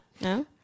No